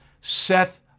Seth